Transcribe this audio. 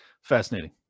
fascinating